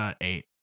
eight